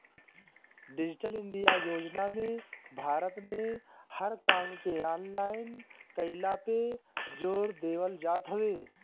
digital India योजना में भारत में हर काम के ऑनलाइन कईला पे जोर देवल जात हवे